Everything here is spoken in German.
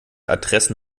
adressen